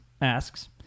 asks